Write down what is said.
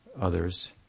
others